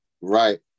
Right